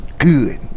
good